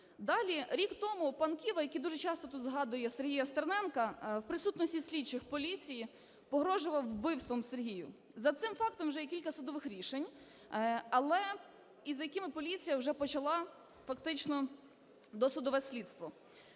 Далі. Рік тому пан Кива, який дуже часто тут згадує Сергія Стерненка, в присутності слідчих в поліції погрожував вбивством Сергію. За цим фактом вже є кілька судових рішень, але… і за якими поліція вже почала фактично досудове слідство.